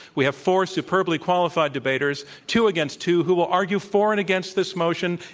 we have four superbly qualified debaters, two against two, who will argue for and against this motion,